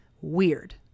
weird